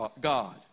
God